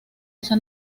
esa